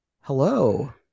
hello